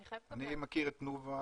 אני מכיר את תנובה,